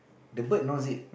the bird knows it